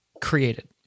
created